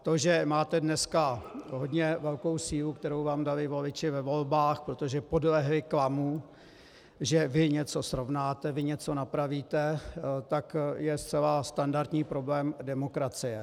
To, že máte dneska hodně velkou sílu, kterou vám dali voliči ve volbách, protože podlehli klamu, že vy něco srovnáte, vy něco napravíte, je zcela standardní problém demokracie.